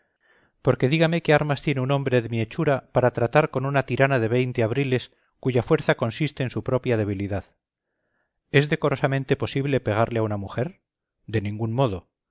porque dígame qué armas tiene un hombre de mi hechura para tratar con una tirana de veinte abriles cuya fuerza consiste en su propia debilidad es decorosamente posible pegarle a una mujer de ningún modo